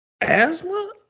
Asthma